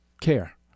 care